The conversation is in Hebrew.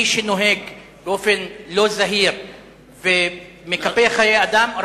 מי שנוהג באופן לא זהיר ומקפח חיי אדם,